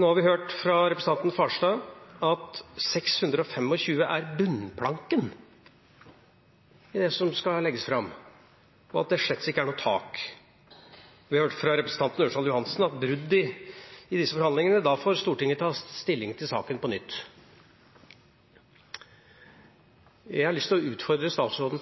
Nå har vi hørt fra representanten Farstad at 625 er bunnplanken i det som skal legges fram, og at det slettes ikke er noe tak. Vi har hørt fra representanten Ørsal Johansen at ved brudd i disse forhandlingene får Stortinget ta stilling til saken på nytt. Jeg har lyst til å utfordre statsråden: